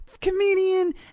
comedian